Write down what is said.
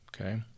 Okay